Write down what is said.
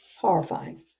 Horrifying